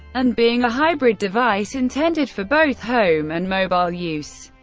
and being a hybrid device intended for both home and mobile use.